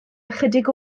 ychydig